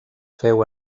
féu